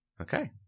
Okay